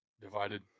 divided